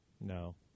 No